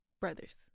brothers